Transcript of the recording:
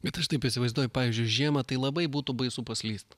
bet aš taip įsivaizduoju pavyzdžiui žiemą tai labai būtų baisu paslyst